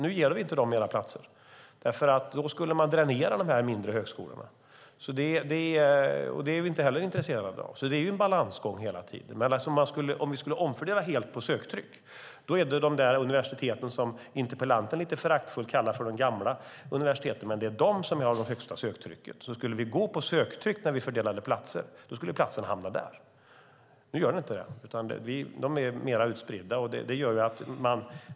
Nu ger vi dem inte mer platser, för då skulle man dränera de mindre högskolorna, och det är vi inte heller intresserade av. Det är en balansgång hela tiden. Om vi skulle omfördela anslagen efter söktryck är det de där universiteten som interpellanten lite föraktfullt kallar för de gamla universiteten som skulle få mest, för det är de som har det högsta söktrycket. Skulle vi gå på söktryck när vi fördelade platser skulle platserna hamna där. Nu gör de inte det, utan de är mer utspridda.